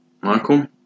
Michael